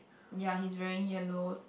ya he's wearing yellow